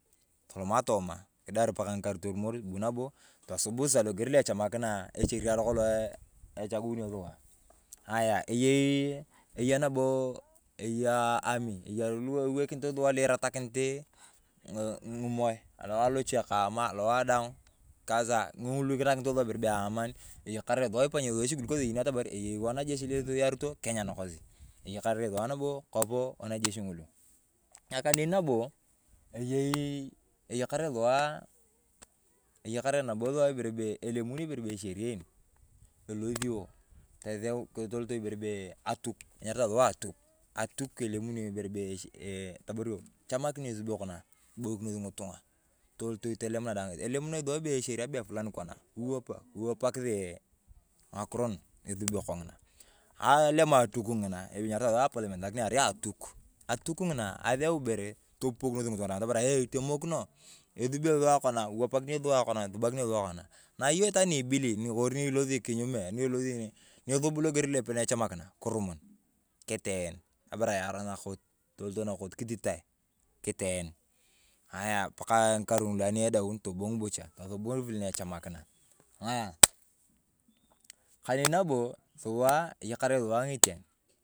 Tolomaa tomaa kidaar pakaa ng’ikaar torumor, buu naboo loger lo echamakinae echeria lo kolong echagunio sua. Ayaa eyei yaa nabo eyaa ami, eyaa lu kiwokinito sua lu iratakiniti ng'imor alowae aloche kamaa alowae daang ng’ulu kinakinit ma ibere bee amaan, eyakare sua eyenio sua atamari eyaa wajeshii lu usuyaritoo kenya nakosi. Eyakare sua nabo kopoo wajeshi ng'ulu. Na kaneni nabo, eyeii eyakare sua ibere bee elemunio ibere bee echeria een, elosio ibere bee atuuk m, atuuk elemunio ibere bee eeh etamario echamakina esubio konaa kibokinos ng’itung’a tolotoi tolemunae sua echeria bee fulani konaa ewapakisi ng’akiro nu esubio kong’ina alemu atuuk ng’ina enyaritae sua apalment lakinii arai atuuk atuuk ng’inaa atheu ibeve topupukinos ng’itung’a daang tamarae itemokino esubio sua konaa esubakinio sua kona yong itwaan ni ibili kori ilosi kinyumee nyisub loger lo echamakina kirumun kitoen kuujar nakot kititae kitoen. Ayaa paa ng’ikav ng’ulu ani edaun tobung bocha tosub pile na echama kina ng’aya kaneni nabo sua eyakare sua ng’ichan.